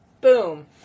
Boom